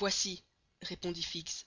voici répondit fix